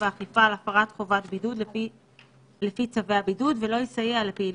ועכשיו באים ומבקשים להפעיל לפי ההסדר שקבוע בסעיף